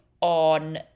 on